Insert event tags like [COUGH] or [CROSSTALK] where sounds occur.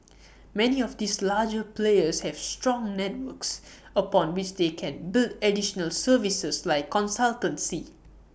[NOISE] many of these larger players have strong networks upon which they can build additional services like consultancy